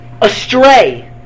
astray